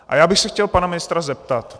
A já bych se chtěl pana ministra zeptat.